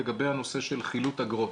לגבי הנושא של חילוט אגרות.